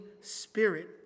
spirit